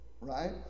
right